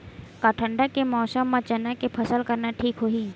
का ठंडा के मौसम म चना के फसल करना ठीक होही?